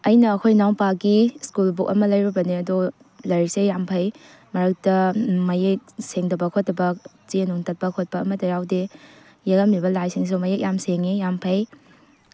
ꯑꯩꯅ ꯑꯩꯈꯣꯏ ꯏꯅꯥꯎꯄꯥꯒꯤ ꯁ꯭ꯀꯨꯜ ꯕꯨꯛ ꯑꯃ ꯂꯩꯔꯨꯕꯅꯦ ꯑꯗꯣ ꯂꯥꯏꯔꯤꯛꯁꯦ ꯌꯥꯝ ꯐꯩ ꯃꯔꯛꯇ ꯃꯌꯦꯛ ꯁꯦꯡꯗꯕ ꯈꯣꯠꯇꯕ ꯆꯦ ꯅꯨꯡ ꯇꯠꯄ ꯈꯣꯠꯄ ꯑꯃꯠꯇ ꯌꯥꯎꯗꯦ ꯌꯦꯛꯂꯝꯃꯤꯕ ꯂꯥꯏꯁꯤꯡꯁꯤꯁꯨ ꯃꯌꯦꯛ ꯌꯥꯝ ꯁꯦꯡꯏ ꯌꯥꯝ ꯐꯩ